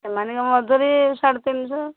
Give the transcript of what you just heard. ସେମାନଙ୍କ ମଜୁରୀ ସାଢ଼େ ତିନି ଶହ